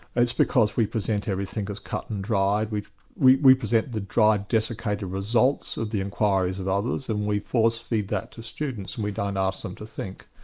that's because we present everything as cut and dried. we we present the dried, dessicated results of the inquiries of others, and we force-feed that to students, and we don't ask them to think.